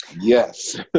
Yes